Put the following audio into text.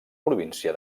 província